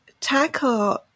tackle